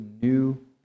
new